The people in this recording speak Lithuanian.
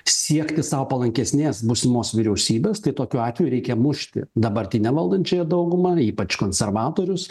siekti sau palankesnės būsimos vyriausybės tai tokiu atveju reikia mušti dabartinę valdančiąją daugumą ypač konservatorius